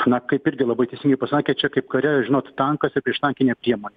na kaip irgi labai teisingai pasakė čia kaip kare žinot tankas ir prieštankinė priemonė